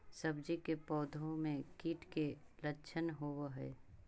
सब्जी के पौधो मे कीट के लच्छन होबहय?